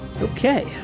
Okay